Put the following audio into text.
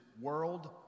world